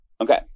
okay